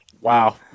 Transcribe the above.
Wow